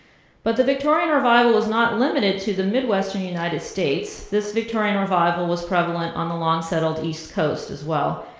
but the victorian revival is not limited to the midwestern united states. this victorian revival was prevalent on the long-settled east coast as well.